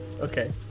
Okay